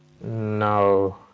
No